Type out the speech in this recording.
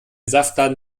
saftladen